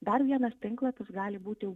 dar vienas tinklapis gali būti